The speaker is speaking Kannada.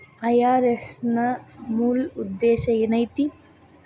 ಐ.ಆರ್.ಎಸ್ ನ ಮೂಲ್ ಉದ್ದೇಶ ಏನೈತಿ?